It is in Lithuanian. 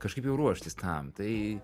kažkaip jau ruoštis tam tai